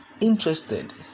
interested